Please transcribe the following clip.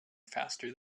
faster